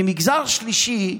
כי מגזר שלישי,